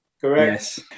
Correct